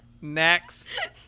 Next